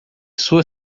sua